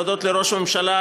להודות לראש הממשלה,